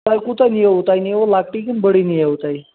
تۄہہِ کوٗتاہ نِیوٕ تۄہہِ نِیوٕ لۄکٕٹے کِنہٕ بٔڑٕے نیو تۄہہِ